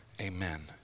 Amen